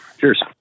Cheers